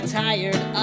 tired